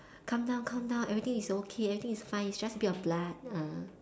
calm down calm down everything is okay everything is fine it's just a little bit of blood